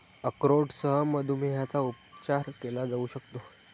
अक्रोडसह मधुमेहाचा उपचार केला जाऊ शकतो